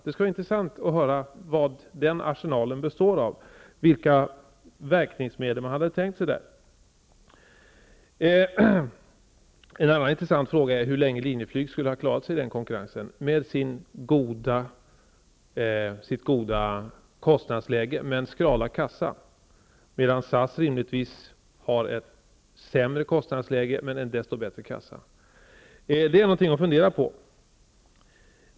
Det skulle vara intressant att höra vad den arsenalen består av, vilka verkningsmedel man hade tänkt sig där. En annan intressant fråga är hur länge Linjeflyg skulle ha klarat sig i den konkurrensen, med sitt goda kostnadsläge men skrala kassa, medan SAS rimligtvis har ett sämre kostnadsläge men en desto bättre kassa. Det är någonting att fundera på.